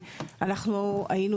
כל יום